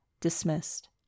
dismissed